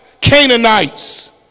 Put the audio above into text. Canaanites